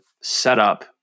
setup